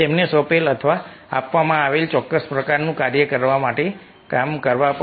તેમને સોંપેલ અથવા આપવામાં આવેલ ચોક્કસ પ્રકારનું કાર્ય કરવા માટે કામ કરવા પર